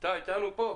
אתה אתנו פה.